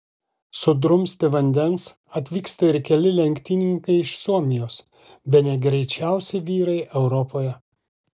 sudrumsti vandens atvyksta ir keli lenktynininkai iš suomijos bene greičiausi vyrai europoje